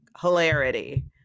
hilarity